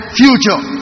future